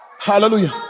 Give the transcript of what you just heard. hallelujah